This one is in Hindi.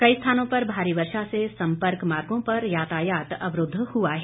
कई स्थानों पर भारी वर्षा से संपर्क मार्गों पर यातायात अवरूद्व हुआ है